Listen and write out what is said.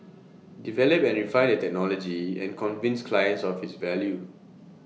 develop and refine the technology and convince clients of its value